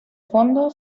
fondo